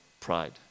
pride